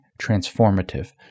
transformative